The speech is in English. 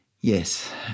Yes